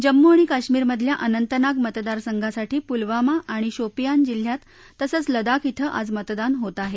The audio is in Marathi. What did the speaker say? जम्मू आणि काश्मिरमधल्या अनंतनाग मतदारसंघासाठी पुलवामा आणि शोपियान जिल्ह्यात तसंच लदाख ड्डि आज मतदान होत आहे